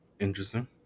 interesting